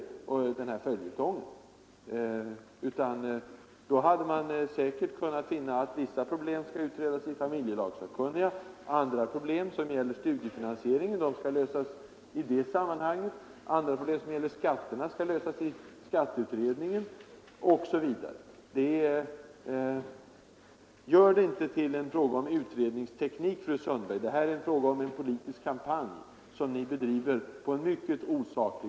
Då hade vi sluppit hela denna följetong, och då hade vi säkerligen funnit att vissa problem skall utredas av familjelagssakkunniga, att t.ex. studiefinansieringen skall lösas i sitt sammanhang, att problem som gäller skatterna skall lösas i skatteutredningen osv. Gör inte detta till en fråga om utredningsteknik, fru Sundberg. Här är det fråga om en politisk kampanj, som ni bedriver på mycket osaklig